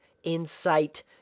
insight